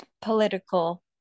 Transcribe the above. political